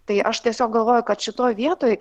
tai aš tiesiog galvoju kad šitoj vietoj